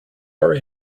are